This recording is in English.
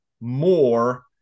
more